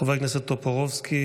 חבר הכנסת טופורובסקי,